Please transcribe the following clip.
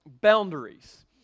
boundaries